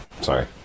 sorry